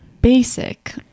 basic